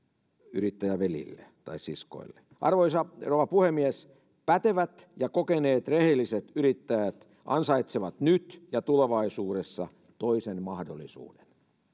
yrittäjäveljille tai siskoille arvoisa rouva puhemies pätevät ja kokeneet rehelliset yrittäjät ansaitsevat nyt ja tulevaisuudessa toisen mahdollisuuden